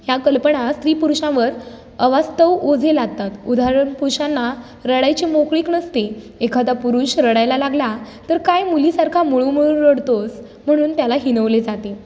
ह्या कल्पना स्त्री पुरुषांवर अवास्तव ओझे लागतात उदाहरण पुरुषांना रडायची मोकळीक नसते एखादा पुरुष रडायला लागला तर काय मुलीसारखा मुळू मुळू रडतोस म्हणून त्याला हिनवले जाते